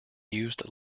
used